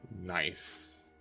nice